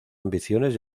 ambiciones